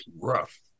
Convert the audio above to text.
rough